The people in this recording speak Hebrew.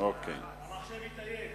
להעביר